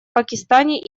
пакистане